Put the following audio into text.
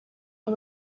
aba